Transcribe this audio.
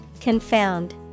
Confound